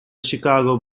chicago